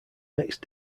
next